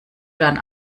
dann